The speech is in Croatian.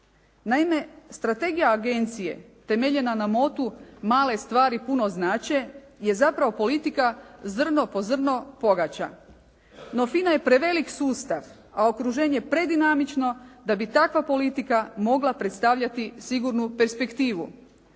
Naime, strategija agencije temeljena na motu "male stvari puno znače" je zapravo politika "zrno po zrno pogača". No, FINA je preveliki sustav a okruženje predinamično da bi takva politika mogla predstavljati sigurnu perspektivu.